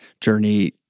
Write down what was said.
journey